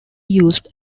used